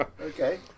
Okay